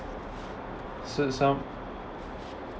so some